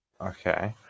Okay